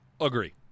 Agree